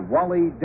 Wally